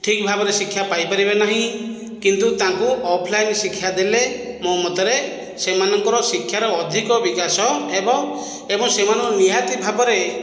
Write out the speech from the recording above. ଠିକ ଭାବରେ ଶିକ୍ଷା ପାଇ ପାରିବେ ନାହିଁ କିନ୍ତୁ ତାଙ୍କୁ ଅଫଲାଇନ ଶିକ୍ଷାଦେଲେ ମୋ ମତରେ ସେମାନଙ୍କର ଶିକ୍ଷାର ଅଧିକ ବିକାଶ ହେବ ଏବଂ ସେମାନଙ୍କୁ ନିହାତି ଭାବରେ